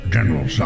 General